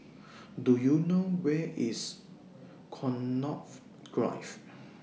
Do YOU know Where IS Connaught Drive